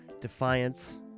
Defiance